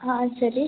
ಹಾಂ ಸರಿ